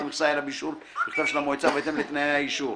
מכסה אלא באישור בכתב של המועצה ובהתאם לתנאי האישור.